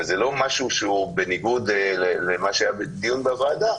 זה לא משהו שהוא בניגוד למה שהיה בדיון בוועדה.